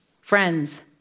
friends